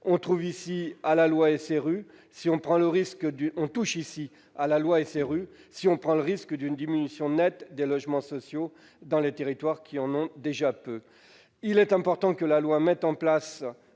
On touche à la loi SRU, si l'on prend le risque d'une diminution nette de logements sociaux dans les territoires qui en ont déjà peu. Il est important de mettre en place